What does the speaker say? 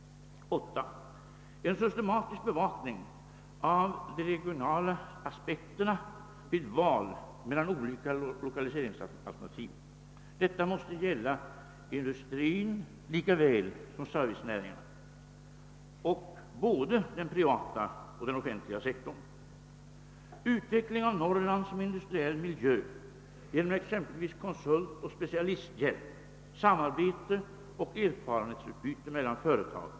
9. En systematisk bevakning av de regionala aspekterna vid val mellan olika lokaliseringsalternativ. Detta måste gälla industrin lika väl som servicenäringarna och både den privata och den offentliga sektorn. 10. Utveckling av Norrland som industriell miljö genom exempelvis konsultoch specialisthjälp, samarbete och erfarenhetsutbyte mellan företag.